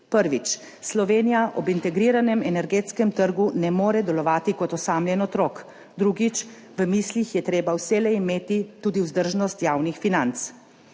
Prvič, Slovenija na integriranem energetskem trgu ne more delovati kot osamljen otrok. Drugič, v mislih je treba vselej imeti tudi vzdržnost javnih financ.